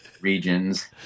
regions